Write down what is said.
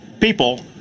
people